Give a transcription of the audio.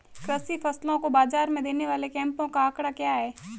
कृषि फसलों को बाज़ार में देने वाले कैंपों का आंकड़ा क्या है?